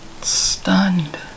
stunned